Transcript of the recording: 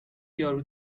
یارو